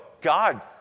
God